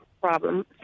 problem